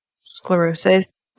sclerosis